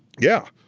yeah,